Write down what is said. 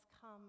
come